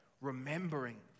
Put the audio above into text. remembering